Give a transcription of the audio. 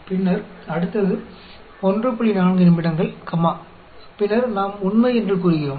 फिर अगला minute 14 minute comma फिर हम सही कहते हैं